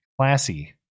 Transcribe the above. classy